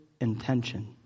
intention